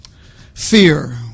Fear